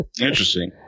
interesting